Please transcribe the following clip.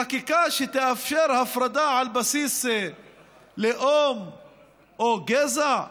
חקיקה שתאפשר הפרדה על בסיס לאום או גזע?